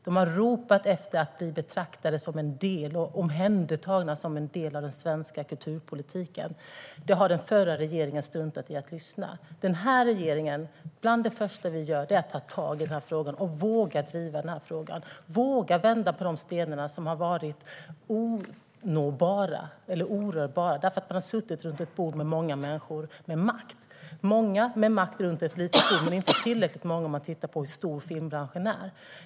Man har ropat efter att bli betraktad och omhändertagen som en del av den svenska kulturpolitiken. Det har den förra regeringen struntat i att lyssna på. Bland det första som den här regeringen gör är att ta tag i och våga driva den här frågan. Vi vågar vända på de stenar som har varit orörbara därför att många människor med makt har suttit runt ett bord. Det har varit många med makt runt ett litet bord, men inte tillräckligt många, om vi tittar på hur stor filmbranschen är.